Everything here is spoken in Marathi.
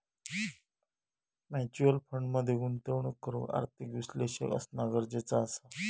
म्युच्युअल फंड मध्ये गुंतवणूक करूक आर्थिक विश्लेषक असना गरजेचा असा